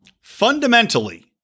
fundamentally